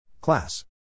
Class